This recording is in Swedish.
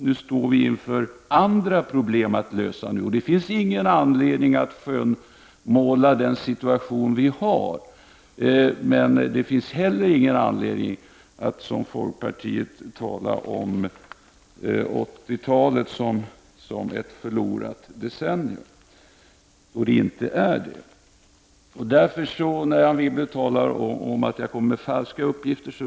Nu står vi inför andra problem som måste lösas. Det finns ingen anledning att skönmåla den situation vi har nu. Men det finns heller ingen anledning att som folkpartiet tala om 80-talet som ett förlorat decennium. Jag vill veta vad Anne Wibble avser när hon säger att jag kommer med falska uppgifter.